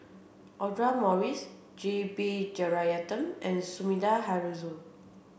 Audra Morrice G B Jeyaretnam and Sumida Haruzo